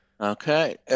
Okay